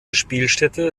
spielstätte